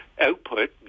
output